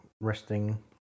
Resting